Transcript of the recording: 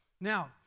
Now